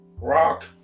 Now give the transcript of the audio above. Rock